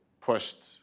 pushed